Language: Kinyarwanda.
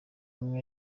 ubwo